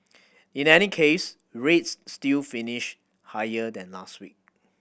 in any case rates still finished higher than last week